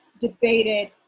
debated